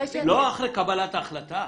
לא לאחר קבלת ההחלטה.